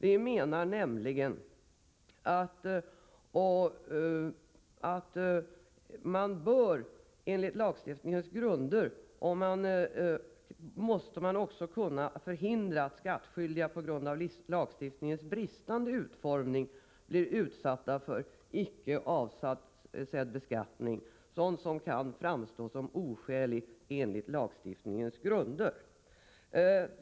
Vi menar nämligen att man måste kunna förhindra att skattskyldiga på grund av lagstiftningens bristande utformning blir utsatta för icke avsedd beskattning, sådant som kan framstå som oskäligt enligt lagstiftningens grunder.